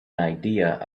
idea